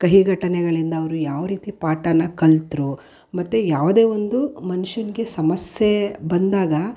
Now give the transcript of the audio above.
ಕಹಿ ಘಟನೆಗಳಿಂದ ಅವರು ಯಾವ ರೀತಿ ಪಾಠನ ಕಲಿತ್ರು ಮತ್ತೆ ಯಾವುದೇ ಒಂದು ಮನುಷ್ಯನಿಗೆ ಸಮಸ್ಯೆ ಬಂದಾಗ